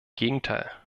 gegenteil